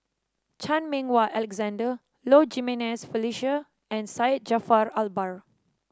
Chan Meng Wah Alexander Low Jimenez Felicia and Syed Jaafar Albar